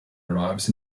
arrives